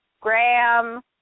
Graham